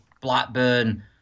Blackburn